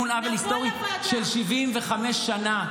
-- ותיקון עוול היסטורי של 75 שנה,